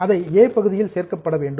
அதை ஏ பகுதியில் சேர்க்கப்பட வேண்டும்